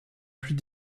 plus